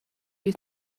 you